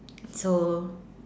so